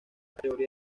categoría